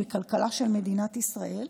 בכלכלה של מדינת ישראל.